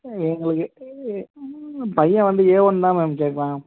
எங்களுக்கு ஏ ம் பையன் வந்து ஏ ஒன் தான் மேம் கேட்குறான்